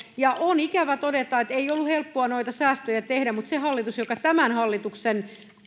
ja on ikävä todeta että vaikka ei ollut helppoa noita säästöjä tehdä niin sillä hallituksella joka tämän hallituksen